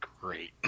great